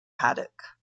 paddock